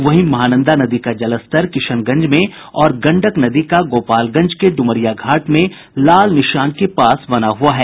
वहीं महानंदा नदी का जलस्तर किशनगंज में और गंडक नदी का गोपालगंज के ड्मरिया घाट में लाल निशान के पास बना हुआ है